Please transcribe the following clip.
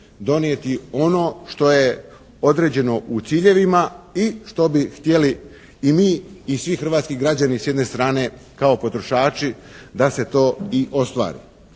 donijeti ono što je određeno u ciljevima i što bi htjeli i mi i svi hrvatski građani s jedne strane kao potrošači da se to i ostvari.